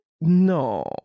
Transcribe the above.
No